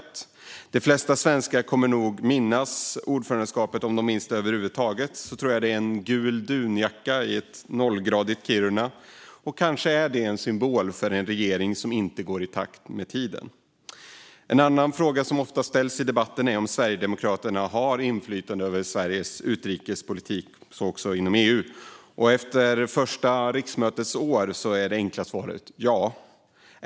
Det som de flesta svenskarna kommer att minnas från ordförandeskapet, om de alls kommer att minnas det, är nog en gul dunjacka i ett nollgradigt Kiruna. Kanske är det en symbol för en regering som inte går i takt med tiden. En annan fråga som ofta ställs i debatten är om Sverigedemokraterna har inflytande över svensk utrikespolitik, och så också inom EU. Efter det första riksmötets år är det enkla svaret ja.